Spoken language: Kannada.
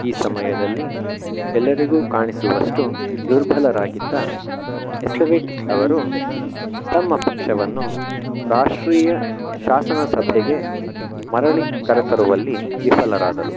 ಈ ಸಮಯದಲ್ಲಿ ಎಲ್ಲರಿಗೂ ಕಾಣಿಸುವಷ್ಟು ದುರ್ಬಲರಾಗಿದ್ದ ಎಸೆವಿಟ್ ಅವರು ತಮ್ಮ ಪಕ್ಷವನ್ನು ರಾಷ್ಟ್ರೀಯ ಶಾಸನ ಸಭೆಗೆ ಮರಳಿ ಕರೆತರುವಲ್ಲಿ ವಿಫಲರಾದರು